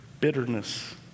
bitterness